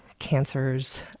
Cancers